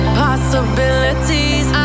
possibilities